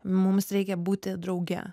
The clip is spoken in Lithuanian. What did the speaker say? mums reikia būti drauge